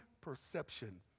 perception